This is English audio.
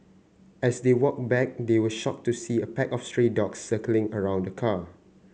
as they walked back they were shocked to see a pack of stray dogs circling around the car